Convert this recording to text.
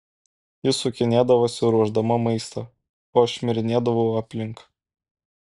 ji sukinėdavosi ruošdama maistą o aš šmirinėdavau aplink